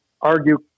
argue